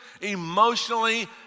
emotionally